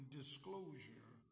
disclosure